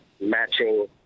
matching